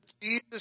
Jesus